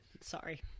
Sorry